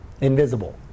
Invisible